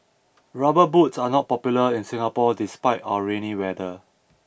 rubber boots are not popular in Singapore despite our rainy weather